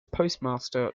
postmaster